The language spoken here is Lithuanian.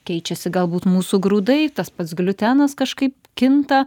keičiasi galbūt mūsų grūdai tas pats gliutenas kažkaip kinta